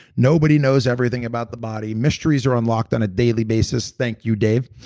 nobody knows everything about the body mysteries are unlocked on a daily basis. thank you, dave.